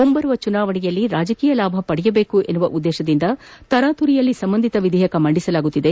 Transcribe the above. ಮುಂಬರುವ ಚುನಾವಣೆಯಲ್ಲಿ ರಾಜಕೀಯ ಲಾಭ ಪಡೆಯಬೇಕು ಎಂಬ ಉದ್ದೇಶದಿಂದ ತರಾತುರಿಯಲ್ಲಿ ಸಂಬಂಧಿತ ವಿಧೇಯಕ ಮಂಡಿಸಲಾಗುತ್ತಿದೆ